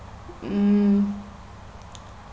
mm